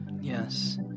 yes